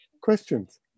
questions